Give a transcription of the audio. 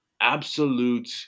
absolute